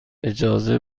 اجازه